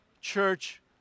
church